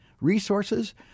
resources